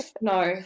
no